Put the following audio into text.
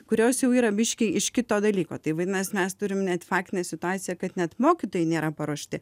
kurios jau yra biški iš kito dalyko tai vadinas mes turim net faktinę situaciją kad net mokytojai nėra paruošti